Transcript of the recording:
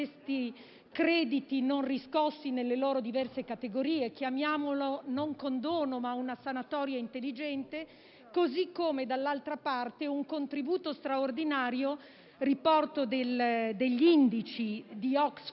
crediti non riscossi, nelle loro diverse categorie - non chiamiamolo condono, ma una sanatoria intelligente - così come non vedo, dall'altra parte, un contributo straordinario. Riporto gli indici di Oxfam,